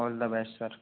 all the best sir